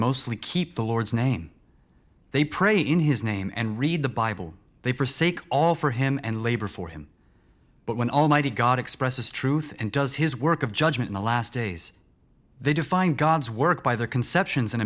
mostly keep the lord's name they pray in his name and read the bible they for sake all for him and labor for him but when almighty god expresses truth and does his work of judgement the last days they define god's work by the conceptions and